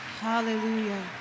Hallelujah